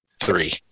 three